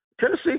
Tennessee